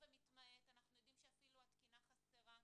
ומתמעט אנחנו יודעים שאפילו התקינה חסרה.